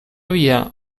via